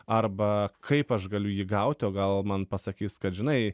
arba kaip aš galiu jį gauti o gal man pasakys kad žinai